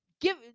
give